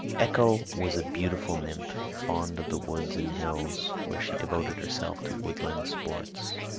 echo was a beautiful nymph, fond of the woods and hills, where she devoted herself to woodland sports.